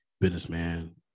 businessman